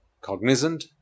cognizant